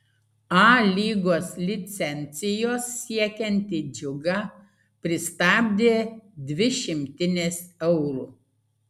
a lygos licencijos siekiantį džiugą pristabdė dvi šimtinės eurų